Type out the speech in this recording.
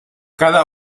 cada